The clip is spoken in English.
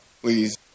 please